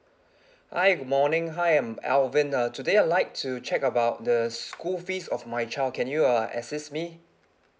hi good morning hi I'm alvin uh today I'd like to check about the school fees of my child can you uh assist me